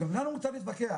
גם לנו מותר להתווכח.